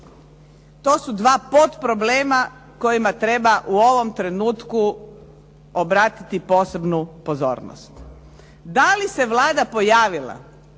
To su dva potproblema kojima treba u ovom trenutku obratiti posebnu pozornost. Da li se Vlada pojavila